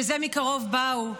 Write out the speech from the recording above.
שזה מקרוב באו,